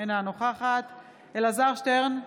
אינה נוכחת אלעזר שטרן,